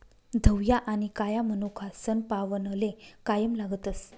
धवया आनी काया मनोका सनपावनले कायम लागतस